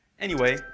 anyway,